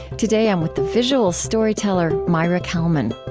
today, i'm with the visual storyteller maira kalman